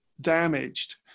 damaged